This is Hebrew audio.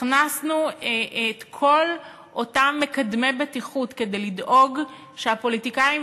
הכנסנו את כל אותם מקדמי ביטחון כדי לדאוג שהפוליטיקאים